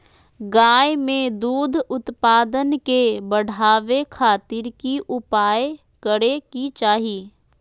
गाय में दूध उत्पादन के बढ़ावे खातिर की उपाय करें कि चाही?